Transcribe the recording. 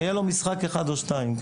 יהיה לו משחק אחד או שניים.